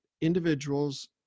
individuals